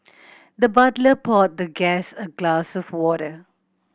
the butler poured the guest a glass of water